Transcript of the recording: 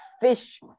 fish